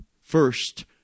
first